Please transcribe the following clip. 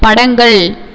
படங்கள்